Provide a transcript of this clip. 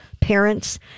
parents